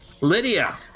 Lydia